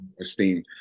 esteem